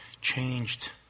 changed